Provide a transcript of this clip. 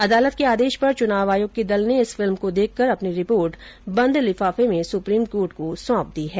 अदालत के आदेश पर चुनाव आयोग के दल ने इस फिल्म को देखकर अपनी रिपोर्ट बंद लिफाफे में सुप्रीम कोर्ट को सौंप दी है